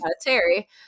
Terry